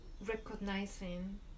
recognizing